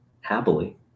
happily